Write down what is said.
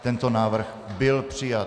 Tento návrh byl přijat.